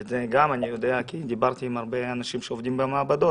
ואת זה גם אני יודע כי דיברתי עם הרבה אנשים שעובדים במעבדות,